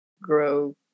grow